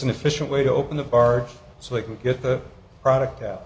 an efficient way to open a barge so they can get the product out